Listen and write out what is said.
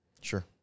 Sure